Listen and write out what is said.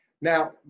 Now